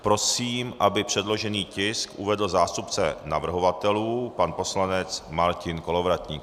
Prosím, aby předložený tisk uvedl zástupce navrhovatelů pan poslanec Martin Kolovratník.